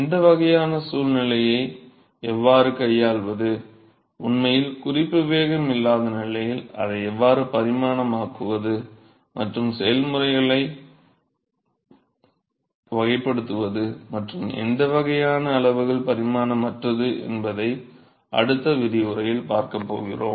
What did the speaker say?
இந்த வகையான சூழ்நிலையை எவ்வாறு கையாள்வது உண்மையில் குறிப்பு வேகம் இல்லாத நிலையில் அதை எவ்வாறு பரிமாணமாக்குவது மற்றும் செயல்முறைகளை வகைப்படுத்துவது மற்றும் எந்த வகையான அளவுகள் பரிமாணமற்றது என்பதை அடுத்த விரிவுரையில் பார்க்கப் போகிறோம்